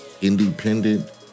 Independent